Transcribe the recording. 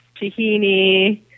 tahini